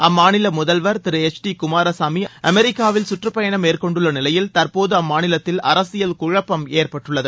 அம்மாநில முதல்வர் Thiru H D Kumaraswamy அமெரிக்காவில் கற்றுப்பயணம் மேற்கொண்டுள்ள நிலையில் தற்போது அம்மாநிலத்தில் அரசியல் குழப்பம் ஏற்பட்டுள்ளது